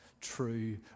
true